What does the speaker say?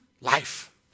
life